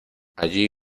allí